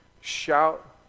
shout